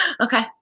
Okay